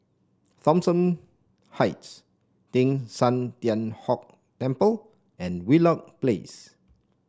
Thomson Heights Teng San Tian Hock Temple and Wheelock Place